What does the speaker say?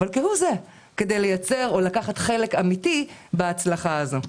כדי לייצר או לקחת חלק אמיתי בהצלחה הזו.